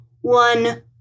one